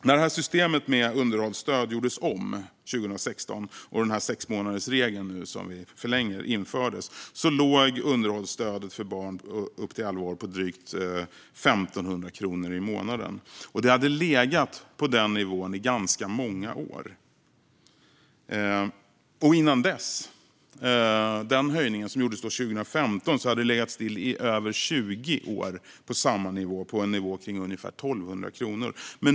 När man gjorde om systemet med underhållsstöd 2016 och införde sexmånadersregeln, som vi nu förlänger, låg underhållsstödet för barn upp till elva år på drygt 1 500 kronor i månaden. Det hade legat på samma nivå i ganska många år. Före den höjning som gjordes 2015 hade det legat still i över 20 år på ungefär 1 200 kronor.